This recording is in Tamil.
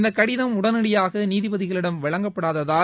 இந்த கடிதம் உடனடியாக நீதிபதிகளிடம் வழங்கப்படாததால்